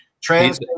Trans